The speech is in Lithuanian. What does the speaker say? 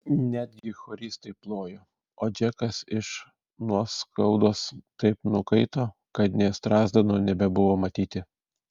netgi choristai plojo o džekas iš nuoskaudos taip nukaito kad nė strazdanų nebebuvo matyti